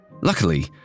Luckily